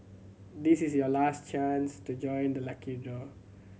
this is your last chance to join the lucky draw